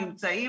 הממצאים,